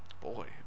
boy